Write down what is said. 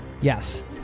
Yes